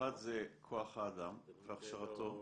האחד זה כוח האדם והכשרתו,